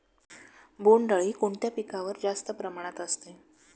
बोंडअळी कोणत्या पिकावर जास्त प्रमाणात असते?